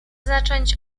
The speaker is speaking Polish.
zacząć